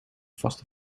vaste